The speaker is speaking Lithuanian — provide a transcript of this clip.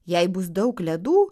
jei bus daug ledų